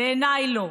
בעיניי לא.